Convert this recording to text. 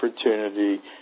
opportunity